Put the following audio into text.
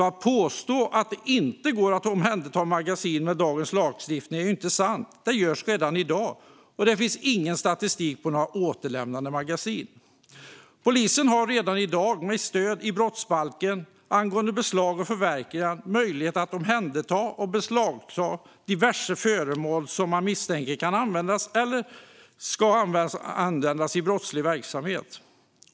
Att det inte går att omhänderta magasin med dagens lagstiftning är alltså inte sant - det görs redan i dag. Det finns ingen statistik över återlämnade magasin. Polisen har redan i dag, med stöd i brottsbalken gällande beslag och förverkande, möjlighet att omhänderta och beslagta diverse föremål som man misstänker kan eller ska användas i brottslig verksamhet.